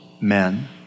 men